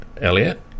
Elliot